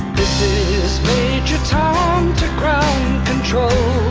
is major tom to ground control,